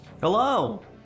Hello